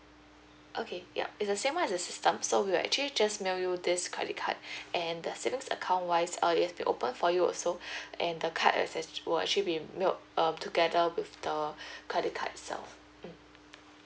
okay yup it's the same as the system so we'll actually just mail you this credit card and the savings account wise err we have to open for you also and the card ac~ would actually mailed um together with the credit card itself mm